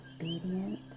obedient